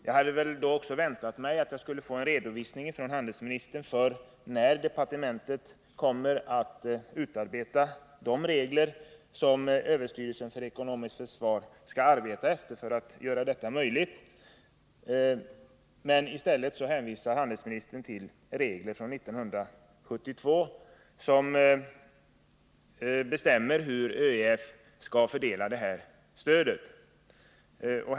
Jag hade därför väntat mig att jag skulle få en redovisning av handelsministern om när departementet kommer att utarbeta de regler som överstyrelsen för ekonomiskt försvar skall arbeta efter för att göra detta möjligt. I stället hänvisade handelsministern till regler från 1972, som bestämmer hur ÖEF skall fördela det här stödet.